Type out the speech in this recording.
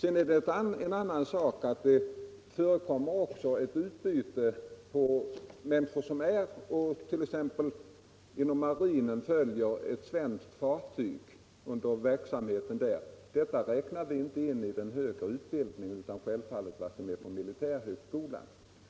En annan sak är att det också förekommer ett utbyte av människor som t.ex. inom marinen följer verksamheten på ett svenskt fartyg. Detta räknar vi inte in i den högre utbildningen; med den menar vi självfallet utbildningen på militärhögskolan.